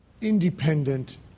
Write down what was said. independent